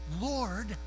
Lord